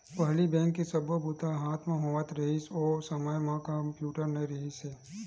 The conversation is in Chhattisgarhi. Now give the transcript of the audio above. पहिली बेंक के सब्बो बूता ह हाथ म होवत रिहिस, ओ समे म कम्प्यूटर नइ रिहिस हे